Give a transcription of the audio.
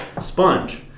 Sponge